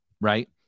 right